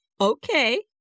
Okay